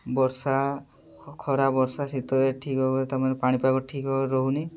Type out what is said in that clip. ବର୍ଷା ଖରା ବର୍ଷା ଶୀତରେ ଠିକ୍ ଭାବରେ ତା'ମାନେ ପାଣିପାଗ ଠିକ୍ ଭାବରେ ରହୁନି